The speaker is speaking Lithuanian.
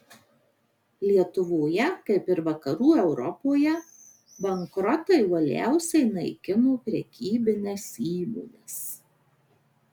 lietuvoje kaip ir vakarų europoje bankrotai uoliausiai naikino prekybines įmones